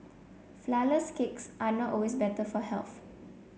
flourless cakes are not always better for health